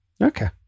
Okay